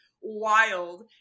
wild